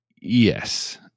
Yes